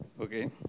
Okay